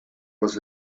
was